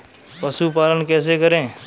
पशुपालन कैसे करें?